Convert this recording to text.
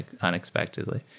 unexpectedly